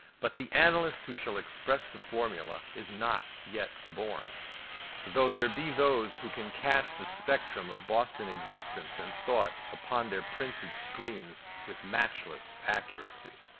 but the analyst who shall express the formula is not yet born though there be those who can cast the spectrum of boston existence and thought upon their printed screens with matchless accuracy.